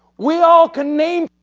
we all can name,